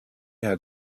had